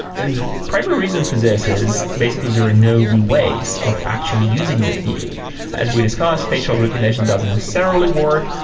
and primary reason for this is basically there are no good ways of actually using that video. as we discussed, facial recognition doesn't necessarily work.